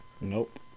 Nope